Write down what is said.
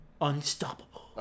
unstoppable